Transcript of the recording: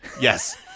yes